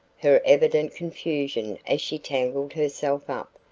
her evident confusion as she tangled herself up,